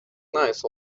nice